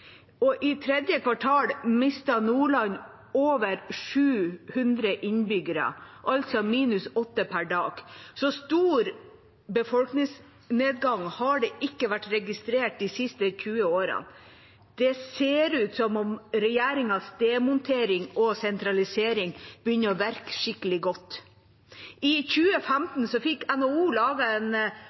folkeflukt. I tredje kvartal mistet Nordland over 700 innbyggere, altså minus 8 per dag. Så stor befolkningsnedgang har det ikke vært registrert de siste 20 årene. Det ser ut som om regjeringas demontering og sentralisering begynner å virke skikkelig godt. I 2015 fikk NHO laget en